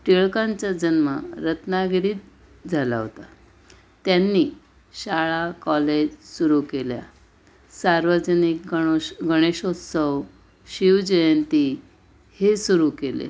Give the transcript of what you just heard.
टिळकांचा जन्म रत्नागिरीत झाला होता त्यांनी शाळा कॉलेज सुरू केल्या सार्वजनिक गणोश गणेशोत्सव शिवजयंती हे सुरू केले